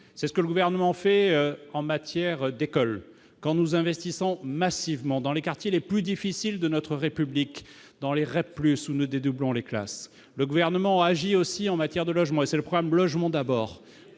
c'est ce que le gouvernement fait en matière d'école quand nous investissons massivement dans les quartiers les plus difficiles de notre République dans les raids plus ou ne des doublons les classes le gouvernement agit aussi en matière de logement et c'est le problème Logement d'abord